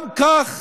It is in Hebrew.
גם כך,